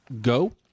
Go